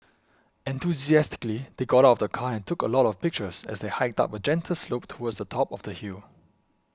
enthusiastically they got of the car took a lot of pictures as they hiked up a gentle slope towards the top of the hill